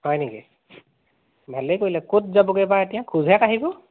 হয় নেকি ভালে কৰিলে ক'ত যাবগৈ বা এতিয়া খোজহে কাঢ়িব